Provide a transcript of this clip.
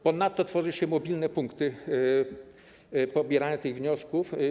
Ponadto tworzy się mobilne punkty pobierania wniosków.